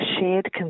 shared